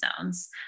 zones